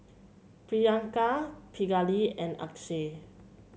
Priyanka Pingali and Akshay